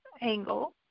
angle